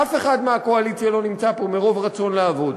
אף אחד מהקואליציה לא נמצא פה מרוב רצון לעבוד.